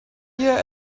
yeah